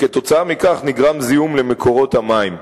וכתוצאה מכך נגרם זיהום למקורות המים.